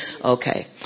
Okay